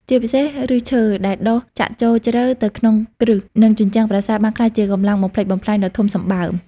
ជាពិសេស ឬសឈើដែលដុះចាក់ចូលជ្រៅទៅក្នុងគ្រឹះ និងជញ្ជាំងប្រាសាទ បានក្លាយជាកម្លាំងបំផ្លិចបំផ្លាញដ៏ធំសម្បើម។